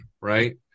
right